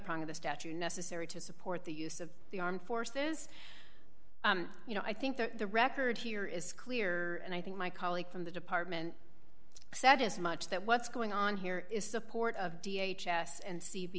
probably the statue necessary to support the use of the armed forces you know i think that the record here is clear and i think my colleague from the department said as much that what's going on here is support of v h s and c